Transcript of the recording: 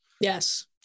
Yes